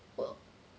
!duh!